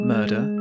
Murder